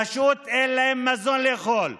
פשוט אין להן מזון לאכול.